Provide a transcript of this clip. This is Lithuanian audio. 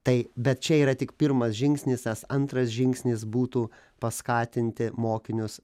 tai bet čia yra tik pirmas žingsnis nes antras žingsnis būtų paskatinti mokinius